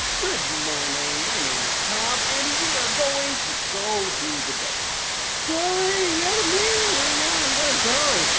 good morning. my name is tom and we are going to go do the day now. julie, we have a meeting right now. you gotta go.